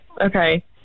okay